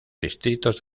distritos